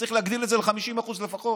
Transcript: וצריך להגדיל את זה ל-50% לפחות.